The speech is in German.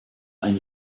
ein